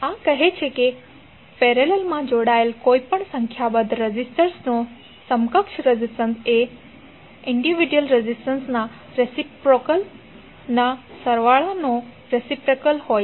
આ કહે છે કે પેરેલલમા જોડાયેલા કોઈપણ સંખ્યાબંધ રેઝિસ્ટરનો સમકક્ષ રેઝિસ્ટન્સ એ વ્યક્તિગત રેઝિસ્ટન્સના રેસિપ્રોકલ ના સરવાળનો રેસિપ્રોકલ હોય છે